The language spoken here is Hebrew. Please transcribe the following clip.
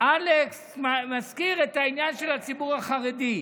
אלכס מזכיר את העניין של הציבור החרדי.